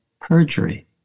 perjury